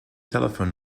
telephone